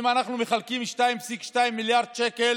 אם אנחנו מחלקים 2.2 מיליארד שקל,